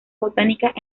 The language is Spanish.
botánicas